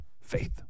faith